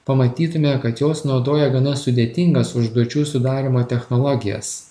pamatytume kad jos naudoja gana sudėtingas užduočių sudarymo technologijas